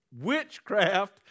witchcraft